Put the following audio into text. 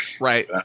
Right